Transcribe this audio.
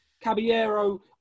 Caballero